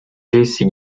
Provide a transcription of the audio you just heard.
jesse